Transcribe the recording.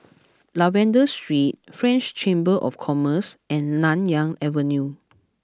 Lavender Street French Chamber of Commerce and Nanyang Avenue